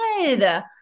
Good